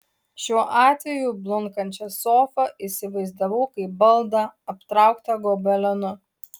šiuo atveju blunkančią sofą įsivaizdavau kaip baldą aptrauktą gobelenu